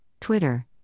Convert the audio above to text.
Twitter